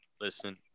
Listen